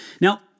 Now